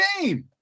game